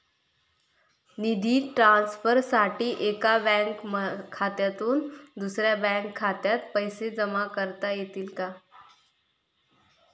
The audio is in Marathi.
निधी ट्रान्सफरसाठी एका बँक खात्यातून दुसऱ्या बँक खात्यात पैसे जमा करता येतील का?